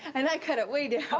and i cut it way down.